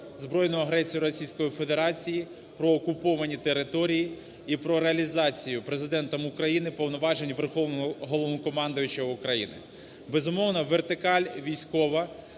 збройну агресію Російської Федерації, про окуповані території і про реалізацію Президентом України повноважень Верховного Головнокомандуючого України. Безумовно, вертикаль військова,